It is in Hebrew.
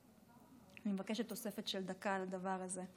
אני מבקשת תוספת של דקה על הדבר הזה,